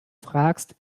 fragst